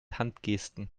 handgesten